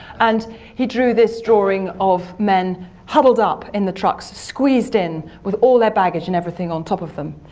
and he drew this drawing of men huddled up in the trucks, squeezed in with all their baggage and everything on top of them.